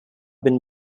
been